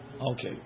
Okay